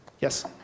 Yes